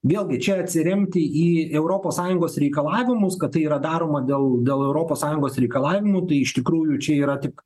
vėlgi čia atsiremti į europos sąjungos reikalavimus kad tai yra daroma dėl dėl europos sąjungos reikalavimų tai iš tikrųjų čia yra tik